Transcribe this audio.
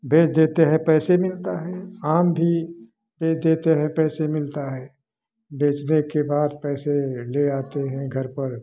बेच देते हैं पैसे मिलता है आम भी बेच देते हैं पैसे मिलता है बेचने के बाद पैसे ले आते हैं घर पर